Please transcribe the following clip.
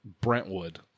Brentwood